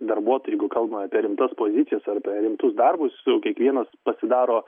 darbuotojai jeigu kalbam apie rimtas pozicijas arba rimtus darbus su kiekvienas pasidaro